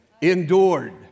endured